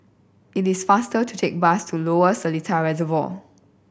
it is faster to take bus to Lower Seletar Reservoir